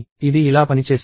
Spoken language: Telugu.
ఇది ఇలా పనిచేస్తుంది